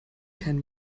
kein